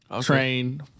train